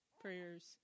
prayers